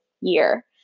year